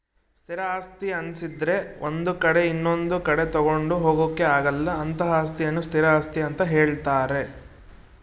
ಸ್ಥಿರ ಆಸ್ತಿ ಅನ್ನಿಸದ್ರೆ ಒಂದು ಕಡೆ ಇನೊಂದು ಕಡೆ ತಗೊಂಡು ಹೋಗೋಕೆ ಆಗಲ್ಲ ಅಂತಹ ಅಸ್ತಿಯನ್ನು ಸ್ಥಿರ ಆಸ್ತಿ ಅಂತ ಹೇಳ್ತಾರೆ